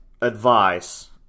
advice